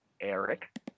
Eric